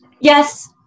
Yes